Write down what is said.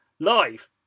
Live